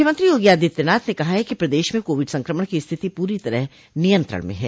मुख्यमंत्री योगी आदित्यनाथ ने कहा है कि प्रदेश में कोविड संक्रमण की स्थिति पूरी तरह नियंत्रण में हैं